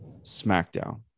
Smackdown